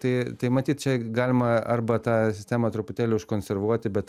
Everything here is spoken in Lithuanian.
tai tai matyt čia galima arba tą sistemą truputėlį užkonservuoti bet